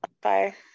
Bye